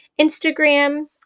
Instagram